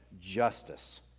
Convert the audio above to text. justice